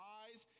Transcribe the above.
eyes